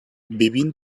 vivint